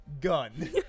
gun